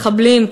מחבלים,